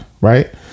right